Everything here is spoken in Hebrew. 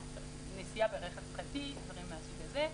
נסיעה ברכב פרטי ודברים מהסוג הזה,